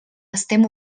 estem